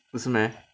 不是 meh